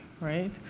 right